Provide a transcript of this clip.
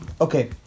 Okay